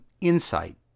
insight